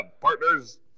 partners